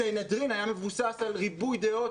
הסנהדרין היה מבוסס על ריבוי דעות,